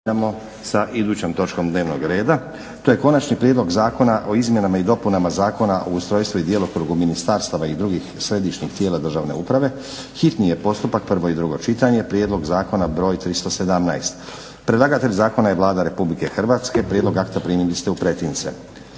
je: - Konačni prijedlog Zakona o izmjenama i dopunama Zakon o ustrojstvu i djelokrugu ministarstava i drugih središnjih tijela državne uprave, hitni postupak, prvo i drugo čitanje, P.Z. br. 317 Predlagatelj Zakona je Vlada Republike Hrvatske. Prijedlog akta prilili ste u pretince.